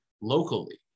locally